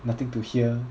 nothing to hear